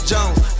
Jones